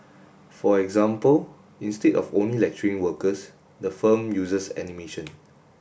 for example instead of only lecturing workers the firm uses animation